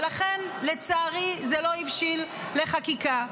ולכן לצערי זה לא הבשיל לחקיקה.